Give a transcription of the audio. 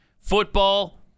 football